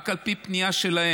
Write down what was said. רק על פי פנייה שלהן,